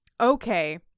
okay